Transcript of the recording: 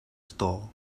star